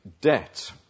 debt